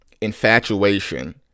infatuation